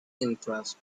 interest